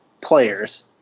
players